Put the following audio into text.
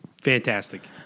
Fantastic